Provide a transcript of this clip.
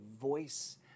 voice